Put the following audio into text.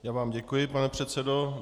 Já vám děkuji, pane předsedo.